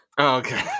Okay